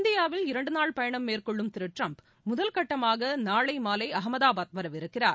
இந்தியாவில் இரண்டு நாள் பயணம் மேற்கொள்ளும் திரு டிரம்ப் முதல்கட்டமாக நாளை மாலை அகமதாபாத் வரவிருக்கிறார்